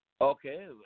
Okay